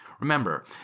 Remember